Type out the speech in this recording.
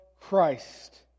Christ